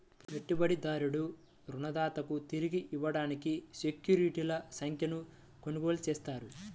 పెట్టుబడిదారుడు రుణదాతకు తిరిగి ఇవ్వడానికి సెక్యూరిటీల సంఖ్యను కొనుగోలు చేస్తాడు